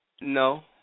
No